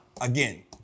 again